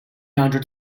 hundred